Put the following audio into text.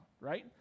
right